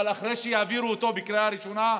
אבל אחרי שיעבירו אותו בקריאה ראשונה,